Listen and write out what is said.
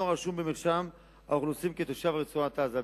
רשום במרשם האוכלוסין כתושב רצועת-עזה.